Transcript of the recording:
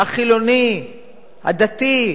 החילוני, הדתי,